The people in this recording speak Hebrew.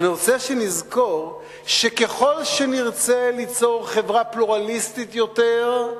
אני רוצה שנזכור שככל שנרצה ליצור חברה פלורליסטית יותר,